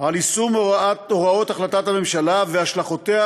על יישום הוראות החלטת הממשלה ועל השלכותיו